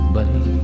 Buddy